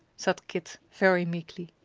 said kit very meekly.